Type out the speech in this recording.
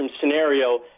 scenario